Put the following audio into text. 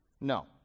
No